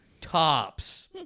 tops